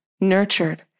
Nurtured